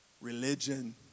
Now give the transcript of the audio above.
Religion